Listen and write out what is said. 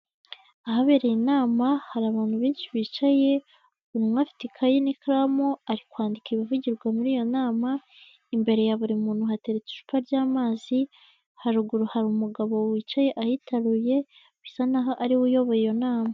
Ahabereye inama hari abantu benshi bicaye, buri umwe afite ikayi n'ikaramu ari kwandika ibivugirwa muri iyo nama, imbere ya buri muntu hateretse icupa ry'amazi, haruguru hari umugabo wicaye ahitaruye, bisa n'aho ari we uyoboye iyo nama.